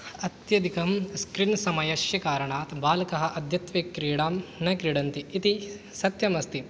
अत्यधिकं स्क्रीन् समयस्य कारणात् बालकाः अद्यत्वे क्रीडां न क्रीडन्ति इति सत्यमस्ति